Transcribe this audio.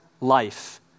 life